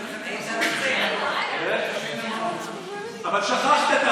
אבל שכחת,